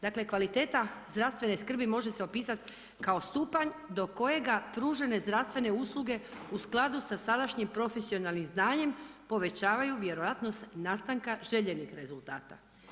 Dakle, kvaliteta zdravstvene skrbi može se opisati kao stupanj do kojega pružene zdravstvene usluge u skladu sa sadašnjim profesionalnim znanjem povećavaju vjerojatnost nastanka željenih rezultata.